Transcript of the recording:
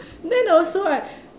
then also I